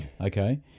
okay